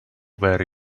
where